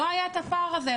לא היה הפער הזה.